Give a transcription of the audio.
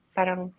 Parang